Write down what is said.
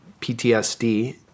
PTSD